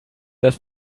dass